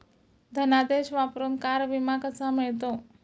धनादेश वापरून कार विमा कसा मिळतो?